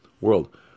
world